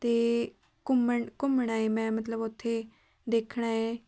ਅਤੇ ਘੁੰਮਣ ਘੁੰਮਣਾ ਏ ਮੈਂ ਮਤਲਬ ਉਥੇ ਦੇਖਣਾ ਏ